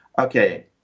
okay